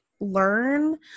learn